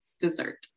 dessert